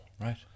Right